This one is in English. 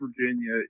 Virginia